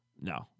No